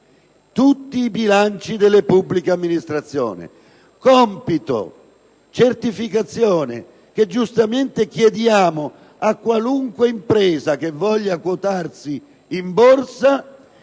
tutti i bilanci delle pubblica amministrazione. Si tratta di una certificazione che giustamente chiediamo a qualunque impresa voglia quotarsi in borsa